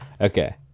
okay